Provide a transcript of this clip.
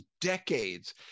decades